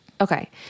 Okay